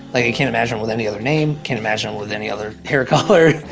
like i can't imagine him with any other name, can't imagine him with any other hair color.